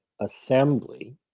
Assembly